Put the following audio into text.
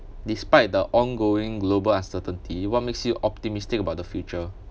despite the ongoing global uncertainty what makes you optimistic about the future